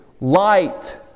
light